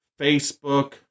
Facebook